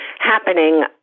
happening